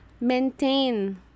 maintain